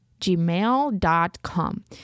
gmail.com